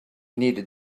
needed